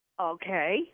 Okay